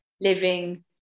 living